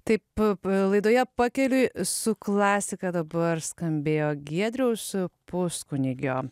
taip laidoje pakeliui su klasika dabar skambėjo giedriaus puskunigio